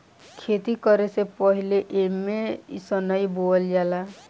खेती करे से पहिले एमे सनइ बोअल जाला